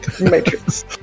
matrix